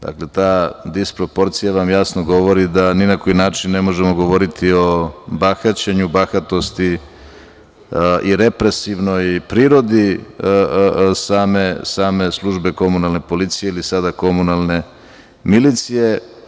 Dakle, ta disproporcija vam jasno govori da ni na koji način ne možemo govoriti o bahaćenju, bahatosti i represivnoj i prirodi same službe komunalne policije ili sada komunalne milicije.